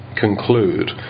conclude